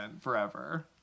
forever